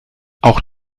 auch